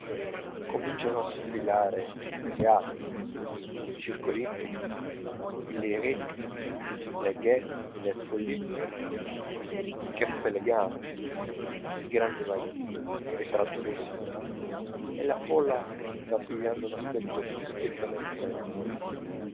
cominciano a sfilare i teatri il circo olimpico il lyrique la gatè les folies i caffè eleganti i grandi magazzini le trattorie signorili e la folla va pigliando un aspetto più schiettamente parigino